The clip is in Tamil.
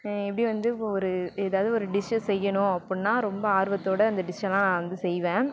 எப்படி வந்து இப்போ ஒரு எதாவது ஒரு டிஷ்ஷை செய்யணும் அப்புடின்னா ரொம்ப ஆர்வத்தோடய அந்த டிஷ்ஷலாம் நான் வந்து செய்வேன்